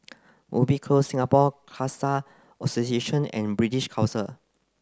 Ubi Close Singapore Khalsa Association and British Council